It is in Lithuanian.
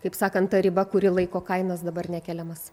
kaip sakant ta riba kuri laiko kainas dabar nekeliamas